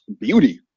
beauty